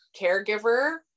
caregiver